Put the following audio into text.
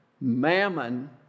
mammon